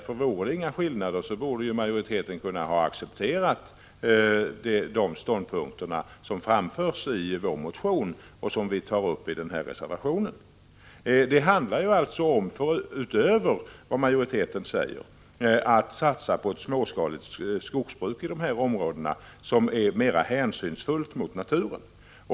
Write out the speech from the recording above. Finns det inga skillnader, borde majoriteten ha kunnat acceptera de ståndpunkter som framförs i vår motion och som vi tar upp i reservationen. Det handlar alltså om — utöver vad majoriteten säger — att satsa på ett småskaligt skogsbruk i fjällskogsområdet som är mera hänsynsfullt mot naturen.